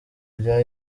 rya